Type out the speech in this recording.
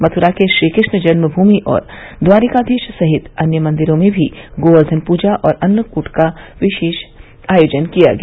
मथुरा के श्रीकृष्ण जन्मभूमि और द्वारिकाधीश सहित अन्य मंदिरों में भी गोर्व्धन पूजा और अन्नकूट का विशेष आयोजन किया गया